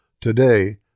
today